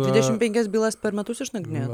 dvidešim penkias bylas per metus išnagrinėjat